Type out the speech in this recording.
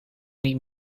niet